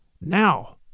now